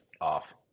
off